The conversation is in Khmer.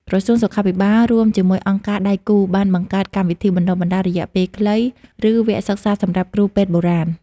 ក្រសួងសុខាភិបាល រួមជាមួយអង្គការដៃគូ បានបង្កើតកម្មវិធីបណ្ដុះបណ្ដាលរយៈពេលខ្លី ឬវគ្គសិក្សាសម្រាប់គ្រូពេទ្យបុរាណ។